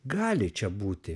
gali čia būti